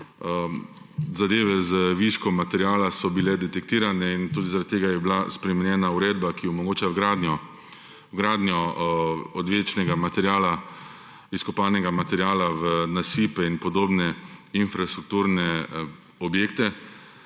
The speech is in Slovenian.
zadeve z viškom materiala so bile detektirane in tudi zaradi tega je bila spremenjena uredba, ki omogoča vgradnjo odvečnega materiala, izkopanega materiala v nasipe in podobne infrastrukturne objekte.